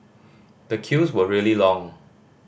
the queues were really long